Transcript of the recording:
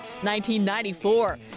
1994